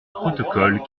protocole